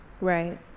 Right